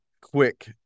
quick